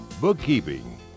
bookkeeping